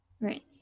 right